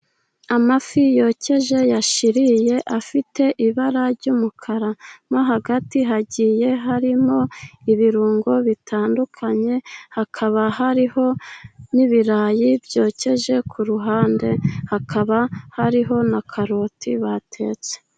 Amafi yokeje , yashiririye , afite ibara ry'umukara . Mo hagati hagiye harimo ibirungo bitandukanye , hakaba hariho n'ibirayi byokeje ku ruhande , hakaba hariho na karoti batetse.